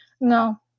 No